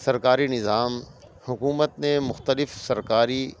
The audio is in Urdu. سرکاری نظام حکومت نے مختلف سرکاری